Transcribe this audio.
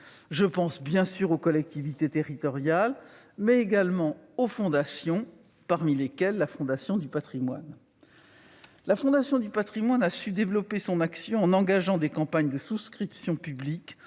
Je pense bien sûr aux collectivités territoriales, mais également aux fondations, parmi lesquelles la Fondation du patrimoine. La Fondation du patrimoine a su développer son action en engageant des campagnes de souscription publique,